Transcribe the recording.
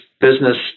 business